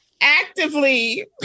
actively